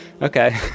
Okay